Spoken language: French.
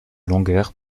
longueur